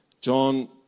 John